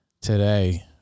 today